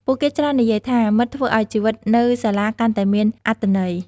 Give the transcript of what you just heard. ពួកគេច្រើននិយាយថា “មិត្តធ្វើឲ្យជីវិតនៅសាលាកាន់តែមានអត្ថន័យ។